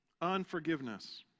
Unforgiveness